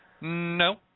No